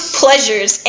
pleasures